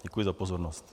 Děkuji za pozornost.